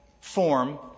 form